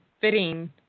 fitting